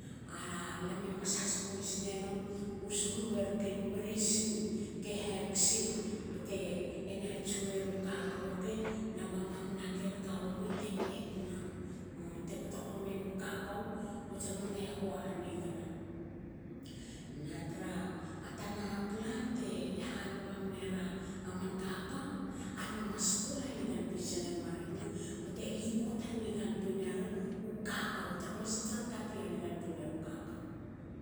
A lame mas haskulis nenum u suho marken mresin ke haksi btena tsueru kakao rke na ba mamna ken kawani te metna, te koto homi enu kakao. btemne hua hangna. Na tra a tana pla te ha bla mnera man kakao. alme mas skul hanigan tuis nenma rebna bte likot haniganan tui neri u kakou. bte mas tra kapi lani gantui neru kakao.